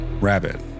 Rabbit